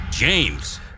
James